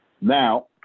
now